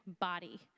body